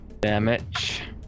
Damage